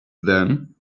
then